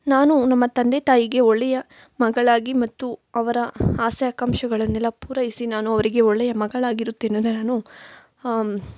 ನಾನು ನಮ್ಮ ತಂದೆ ತಾಯಿಗೆ ಒಳ್ಳೆಯ ಮಗಳಾಗಿ ಮತ್ತು ಅವರ ಆಸೆ ಆಕಾಂಕ್ಷೆಗಳನ್ನೆಲ್ಲ ಪೂರೈಸಿ ನಾನು ಅವರಿಗೆ ಒಳ್ಳೆಯ ಮಗಳಾಗಿರುತ್ತೇನೆ ಎಂದು ನಾನು